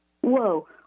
Whoa